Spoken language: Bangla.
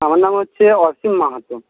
আমার নাম হচ্ছে অসীম মাহাত